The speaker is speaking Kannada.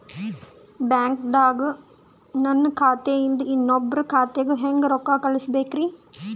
ಬ್ಯಾಂಕ್ದಾಗ ನನ್ ಖಾತೆ ಇಂದ ಇನ್ನೊಬ್ರ ಖಾತೆಗೆ ಹೆಂಗ್ ರೊಕ್ಕ ಕಳಸಬೇಕ್ರಿ?